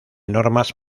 normas